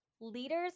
leaders